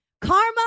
karma